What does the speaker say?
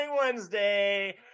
wednesday